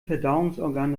verdauungsorgan